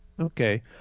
Okay